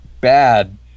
bad